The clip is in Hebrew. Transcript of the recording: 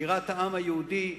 בירת העם היהודי,